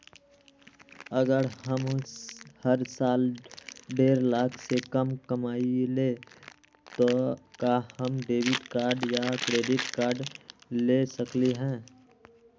अगर हम हर साल डेढ़ लाख से कम कमावईले त का हम डेबिट कार्ड या क्रेडिट कार्ड ले सकली ह?